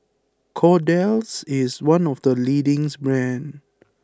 Kordel's is one of the leading brands